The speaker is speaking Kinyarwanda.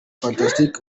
fantastic